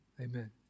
amen